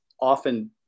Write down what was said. often